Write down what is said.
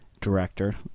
director